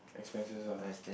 expenses lah